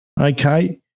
okay